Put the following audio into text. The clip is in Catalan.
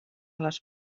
les